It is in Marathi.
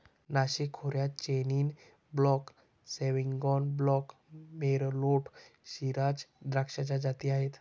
नाशिक खोऱ्यात chenin blanc, sauvignon blanc, merlot, shiraz द्राक्षाच्या जाती आहेत